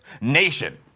Nation